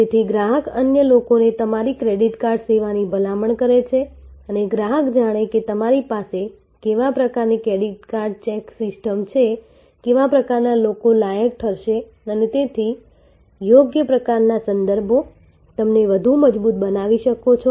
તેથી ગ્રાહક અન્ય લોકોને તમારી ક્રેડિટ કાર્ડ સેવાની ભલામણ કરે છે અને ગ્રાહક જાણે છે કે તમારી પાસે કેવા પ્રકારની ક્રેડિટ ચેક સિસ્ટમ છે કેવા પ્રકારના લોકો લાયક ઠરશે અને તેથી યોગ્ય પ્રકારના સંદર્ભો તમને વધુ મજબૂત બનાવી શકે છો